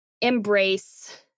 embrace